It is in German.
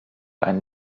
ein